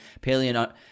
Paleo